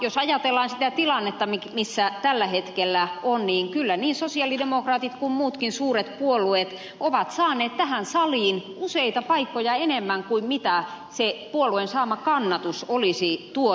jos ajatellaan sitä tilannetta missä tällä hetkellä ollaan niin kyllä niin sosialidemokraatit kuin muutkin suuret puolueet ovat saaneet tähän saliin useita paikkoja enemmän kuin se puolueen saama kannatus olisi tuottanut